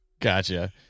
Gotcha